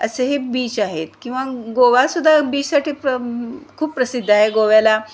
असे हे बीच आहेत किंवा गोवासुद्धा बीचसाठी प्र खूप प्रसिद्ध आहे गोव्याला